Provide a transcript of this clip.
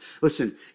listen